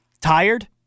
Tired